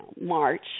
March